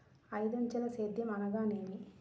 ఐదంచెల సేద్యం అనగా నేమి?